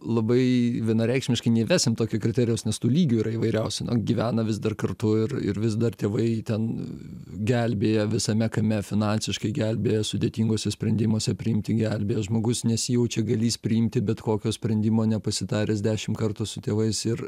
labai labai vienareikšmiškai neįvesim tokio kriterijaus nes tų lygių yra įvairiausių na gyvena vis dar kartu ir ir vis dar tėvai ten gelbėja visame kame finansiškai gelbėja sudėtinguose sprendimuose priimti gelbėja žmogus nesijaučia galįs priimti bet kokio sprendimo nepasitaręs dešim kartų su tėvais ir